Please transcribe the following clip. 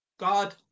God